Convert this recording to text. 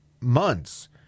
months